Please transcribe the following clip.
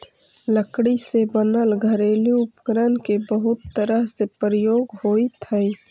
लकड़ी से बनल घरेलू उपकरण के बहुत तरह से प्रयोग होइत हइ